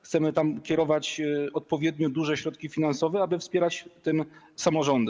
Chcemy tam kierować odpowiednio duże środki finansowe, aby wspierać tym samorządy.